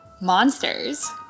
monsters